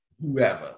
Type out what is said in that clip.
whoever